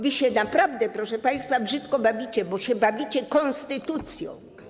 Wy się naprawdę, proszę państwa, brzydko bawicie, bo się bawicie konstytucją.